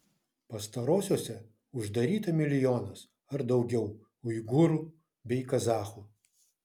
pastarosiose uždaryta milijonas ar daugiau uigūrų bei kazachų